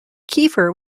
kiefer